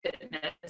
fitness